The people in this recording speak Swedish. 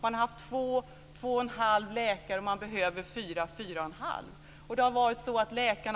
Man har haft 2-2 1⁄2 läkare men behöver 4-4 1⁄2.